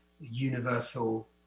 universal